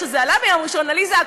כשזה עלה: עליזה,